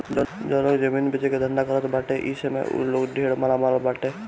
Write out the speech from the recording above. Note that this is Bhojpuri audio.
जउन लोग जमीन बेचला के धंधा करत बाटे इ समय उ लोग ढेर मालामाल बाटे